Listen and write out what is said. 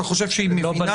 אתה חושב שהיא מבינה?